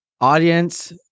Audience